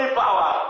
power